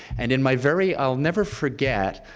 and in my very. i'll never forget